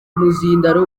umuzindaro